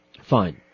Fine